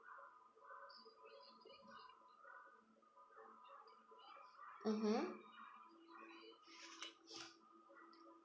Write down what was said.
mmhmm